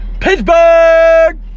pittsburgh